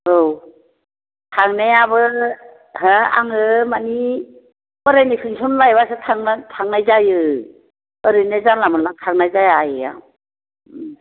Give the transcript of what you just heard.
औ थांनायाबो मा आङो माने बोरायनि पेन्स'न लायबासो थांनाय जायो ओरैनो जानला मानला थांनाय जाया आइयै आं